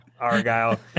Argyle